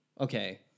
Okay